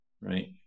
right